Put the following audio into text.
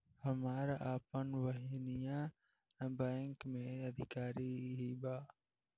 हमार आपन बहिनीई बैक में अधिकारी हिअ